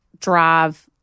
drive